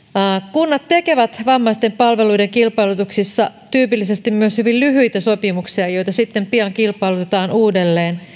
kunnat tekevät vammaisten palveluiden kilpailutuksissa tyypillisesti myös hyvin lyhyitä sopimuksia joita sitten pian kilpailutetaan uudelleen